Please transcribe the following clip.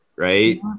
Right